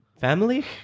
family